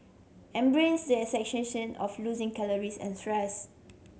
embrace the sensation of losing calories and stress